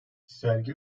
sergi